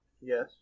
Yes